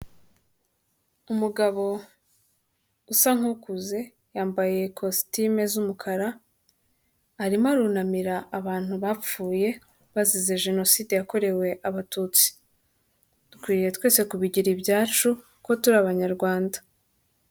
Umugabo usa nkukuze yambaye ikositimu z'umukara, arimo arunamira abantu bapfuye bazize jenoside yakorewe abatutsi. Dukwiriye twese kubigira ibyacu kuko turi abanyarwanda.